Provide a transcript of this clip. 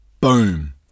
Boom